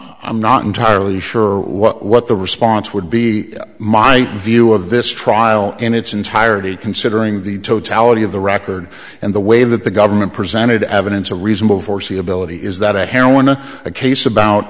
i'm not entirely sure what what the response would be my view of this trial in its entirety considering the totality of the record and the way that the government presented evidence a reasonable foreseeability is that a heroin on a case about